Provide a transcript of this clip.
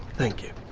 thank you.